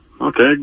Okay